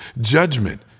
Judgment